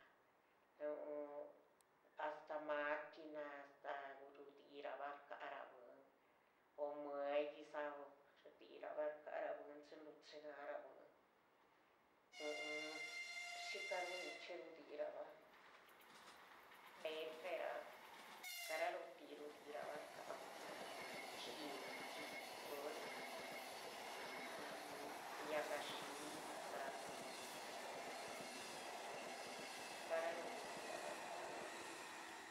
hasta maquina hasta rudiꞌhirabah rzcara bwín o mueyí'sa o dirabah rzcara bwín. chín ruchinarah bwín shicaru nichxí rudiraba peltrera garalóhti rudiꞌhirabah. rzcaha bwín dxihn, dxídzi yahgaxiiyi'ca garaló rudirabah rzcara bwín.